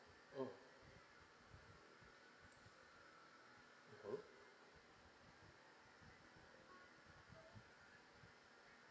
mm mmhmm